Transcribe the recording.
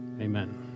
Amen